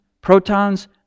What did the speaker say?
protons